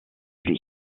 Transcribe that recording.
lui